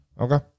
Okay